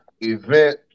event